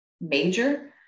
major